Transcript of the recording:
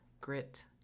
grit